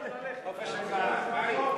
חופש הגעה.